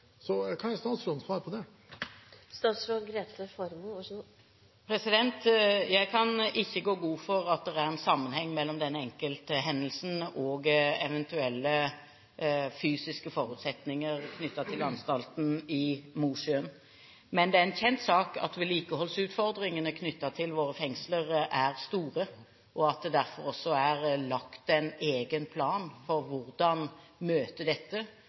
Hva er statsrådens svar på det? Jeg kan ikke gå god for at det er en sammenheng mellom den enkelthendelsen og eventuelle fysiske forutsetninger knyttet til anstalten i Mosjøen. Men det er en kjent sak at vedlikeholdsutfordringene knyttet til våre fengsler er store, og at det derfor også er lagt en egen plan for hvordan møte dette,